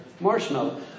marshmallow